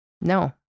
No